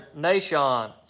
Nashon